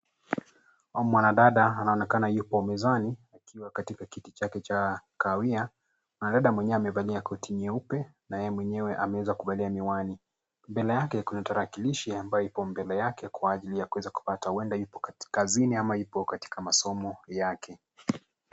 Mwanadada anaonekana yupo mezani akiwa katika kiti chake cha kahawia. Mwanadada mwenyewe amevalia koti nyeupe na yeye mwenyewe ameweza kuvalia miwani. Mbele yake kuna tarakilishi ambayo ipo mbele yake kwa ajili ya kuweza kupata huenda ipo kazini ama ipo katika masomo yake.